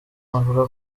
avuga